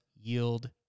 yield